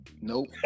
Nope